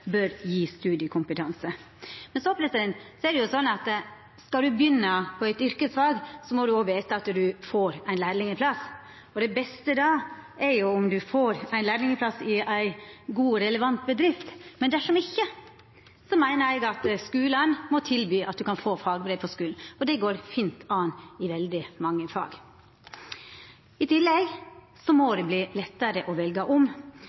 bør gje studiekompetanse. Det er sånn at skal ein begynna på eit yrkesfag, må ein òg veta at ein får lærlingplass. Det beste er om ein får lærlingplass i ei god, relevant bedrift, men dersom ein ikkje får det, meiner eg at skulane må tilby at ein kan få fagbrev på skulen, og det går fint an i veldig mange fag. I tillegg må det verta lettare å velja om,